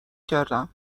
کردم